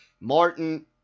Martin